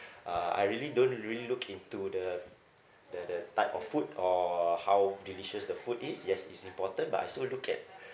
uh I really don't really look into the the the type of food or how delicious the food is yes it's important but I also look at